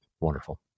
Wonderful